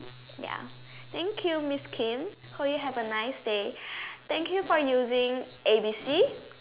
yep thank you Miss Kim hope you have a nice day thank you for using A B C